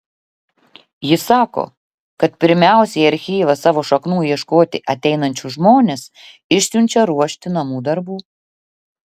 ji sako kad pirmiausia į archyvą savo šaknų ieškoti ateinančius žmones išsiunčia ruošti namų darbų